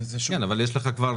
כן אבל יש לך כבר,